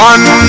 One